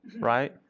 right